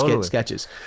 sketches